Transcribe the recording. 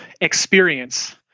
experience